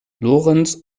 lorenz